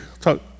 Talk